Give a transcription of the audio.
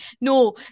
no